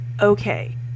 okay